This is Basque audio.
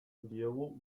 diogu